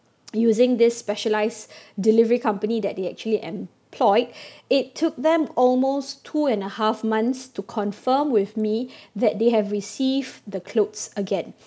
using this specialised delivery company that they actually employed it took them almost two and a half months to confirm with me that they have received the clothes again